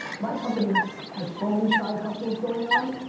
my company has so many side hustles going on,